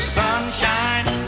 sunshine